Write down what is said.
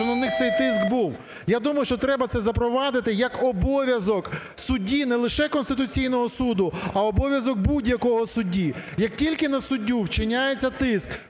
що на них цей тиск був. Я думаю, що треба це запровадити як обов'язок судді не лише Конституційного Суду, а обов'язок будь-якого судді. Як тільки на суддю вчиняється тиск,